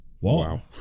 Wow